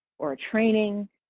or a training,